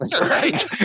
Right